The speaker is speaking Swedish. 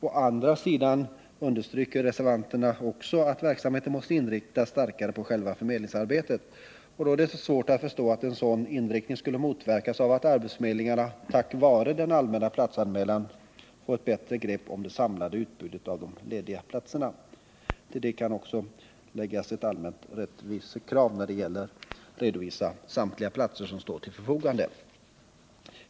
Å andra sidan understryker reservanterna också att verksamheten måste inriktas starkare på själva förmedlingsarbetet. Det är då svårt att förstå att en sådan inriktning skulle motverkas av att arbetsförmedlingarna tack vare den allmänna platsanmälan får ett bättre grepp om det samlade utbudet av lediga platser. Till det kan läggas ett allmänt rättvisekrav när det gäller att redovisa samtliga platser som står till förfogande.